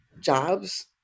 jobs